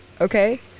okay